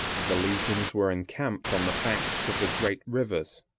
the legions were encamped on the banks of the great rivers,